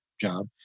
job